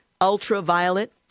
Ultraviolet